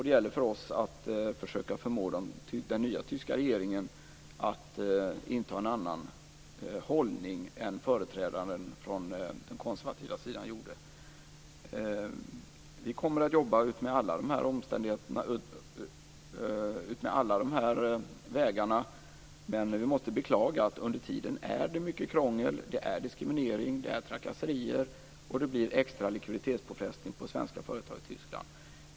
Det gäller för oss att försöka förmå den nya tyska regeringen att inta en annan hållning än vad företrädaren från den konservativa sidan hade. Vi kommer att jobba utmed alla de här vägarna. Men det är att beklaga att det under tiden är mycket krångel, diskriminering och trakasserier. Dessutom blir det en extra likviditetspåfrestning på svenska företag i Tyskland.